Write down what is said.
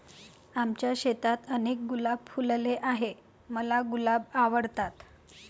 आमच्या शेतात अनेक गुलाब फुलले आहे, मला गुलाब आवडतात